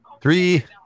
Three